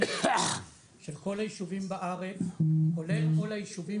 החליט שכל היישובים בארץ כולל כל היישובים